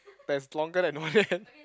that's longer than one hand